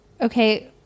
okay